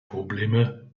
probleme